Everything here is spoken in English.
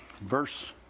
verse